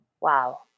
Wow